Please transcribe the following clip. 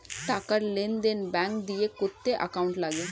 টাকার লেনদেন ব্যাঙ্ক দিয়ে করতে অ্যাকাউন্ট লাগে